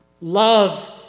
Love